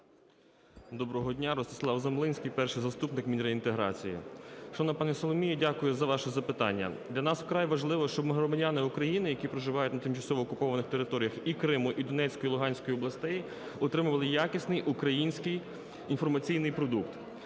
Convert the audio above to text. Доброго дня. Ростислав Замлинський, перший заступник міністра з питань євроінтеграції. Шановна пані Соломія, дякую за ваше запитання. Для нас вкрай важливо, щоб громадяни України, які проживають на тимчасово окупованих територіях Криму, Донецької і Луганської областей отримували якісний, український інформаційний продукт.